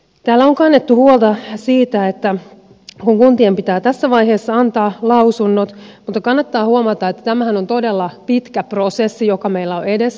täällä on kannettu huolta siitä että kuntien pitää tässä vaiheessa antaa lausunnot mutta kannattaa huomata että tämähän on todella pitkä prosessi joka meillä on edessä